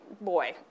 boy